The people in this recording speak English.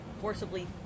forcibly